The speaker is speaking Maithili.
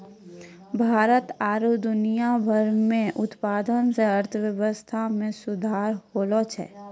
भारत आरु दुनिया भर मे उत्पादन से अर्थव्यबस्था मे सुधार होलो छै